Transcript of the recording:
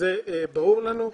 זה ברור לנו.